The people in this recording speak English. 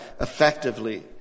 effectively